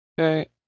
Okay